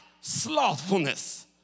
slothfulness